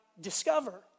discover